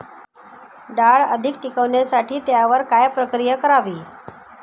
डाळ अधिक टिकवण्यासाठी त्यावर काय प्रक्रिया करावी?